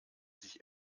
sich